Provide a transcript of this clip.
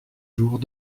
jours